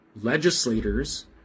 legislators